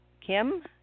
Kim